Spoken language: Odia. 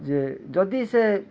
ଯେ ଜଦି ସେ